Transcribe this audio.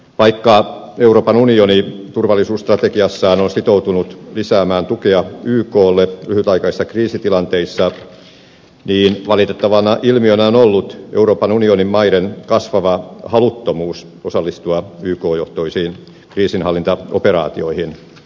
vaikka euroopan unioni turvallisuusstrategiassaan on sitoutunut lisäämään tukea yklle lyhytaikaisissa kriisitilanteissa niin valitettavana ilmiönä on ollut euroopan unionin maiden kasvava haluttomuus osallistua yk johtoisiin kriisinhallintaoperaatioihin